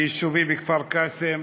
ביישובִי כפר-קאסם,